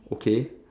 okay